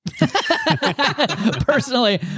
personally